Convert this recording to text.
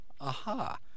aha